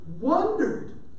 wondered